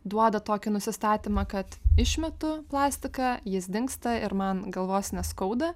duoda tokį nusistatymą kad išmetu plastiką jis dingsta ir man galvos neskauda